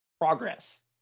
Progress